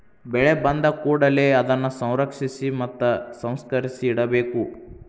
ಬೆಳೆ ಬಂದಕೂಡಲೆ ಅದನ್ನಾ ಸಂರಕ್ಷಿಸಿ ಮತ್ತ ಸಂಸ್ಕರಿಸಿ ಇಡಬೇಕು